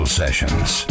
sessions